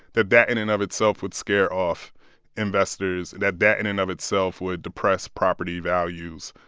that that in and of itself would scare off investors that that in and of itself would depress property values.